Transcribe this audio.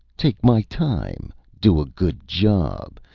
take my time do a good job.